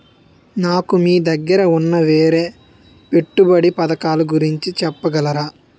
నాకు మీ దగ్గర ఉన్న వేరే పెట్టుబడి పథకాలుగురించి చెప్పగలరా?